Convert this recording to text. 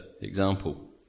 example